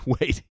Wait